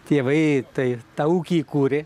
tėvai tai tą ūkį įkūrė